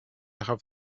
have